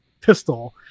pistol